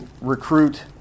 recruit